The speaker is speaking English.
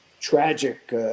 tragic